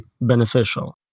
beneficial